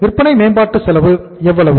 விற்பனை மேம்பாட்டு செலவு எவ்வளவு